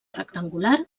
rectangular